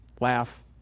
laugh